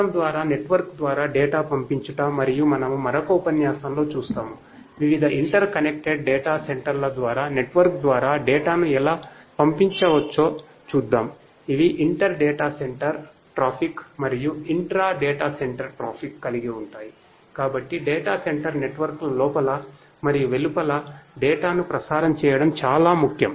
system ద్వారా network ద్వారా data ను ప్రసారం చేయడం చాలా ముఖ్యం